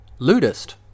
Ludist